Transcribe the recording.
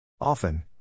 Often